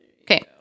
Okay